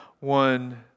one